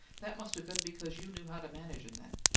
that must have been because you knew how to manage him then.